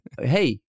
Hey